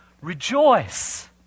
rejoice